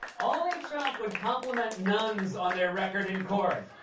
only trump would compliment nuns on their record in court.